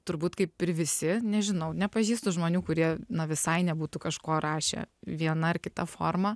turbūt kaip ir visi nežinau nepažįstu žmonių kurie na visai nebūtų kažko rašę viena ar kita forma